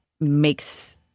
makes